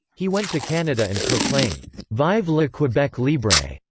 he went to canada and proclaimed vive le quebec libre,